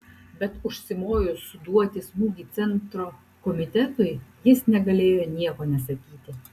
bet užsimojus suduoti smūgį centro komitetui jis negalėjo nieko nesakyti